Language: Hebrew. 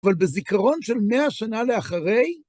אבל בזיכרון של מאה שנה לאחרי,